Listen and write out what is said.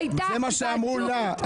זה מה שאמרו לה.